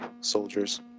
soldiers